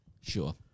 Sure